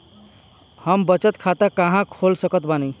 हम बचत खाता कहां खोल सकत बानी?